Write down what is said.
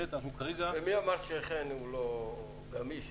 מי אמר שחן הוא לא גמיש?